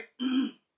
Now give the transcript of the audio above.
Right